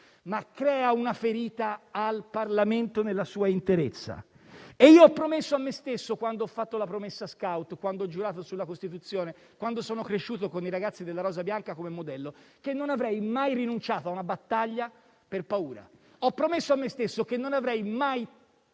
ma crea una ferita al Parlamento nella sua interezza. Quando ho fatto la promessa *scout,* quando ho giurato sulla Costituzione, quando sono cresciuto con i ragazzi della Rosa bianca come modello, io ho promesso a me stesso che non avrei mai rinunciato a una battaglia per paura. Ho promesso a me stesso che non avrei mai